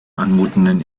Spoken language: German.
anmutenden